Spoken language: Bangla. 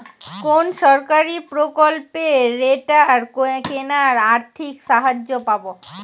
কোন সরকারী প্রকল্পে রোটার কেনার আর্থিক সাহায্য পাব?